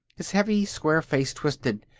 his heavy square face twisted.